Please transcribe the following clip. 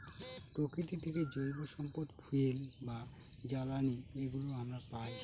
প্রকৃতি থেকে জৈব সম্পদ ফুয়েল বা জ্বালানি এগুলো আমরা পায়